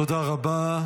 תודה רבה.